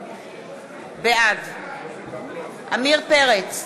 בעד עמיר פרץ,